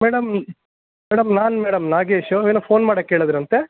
madam madam ನಾನು madam Nagesh ಏನೋ phone ಮಾಡೋಕ್ ಹೇಳಿದ್ರಂತೆ